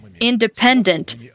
independent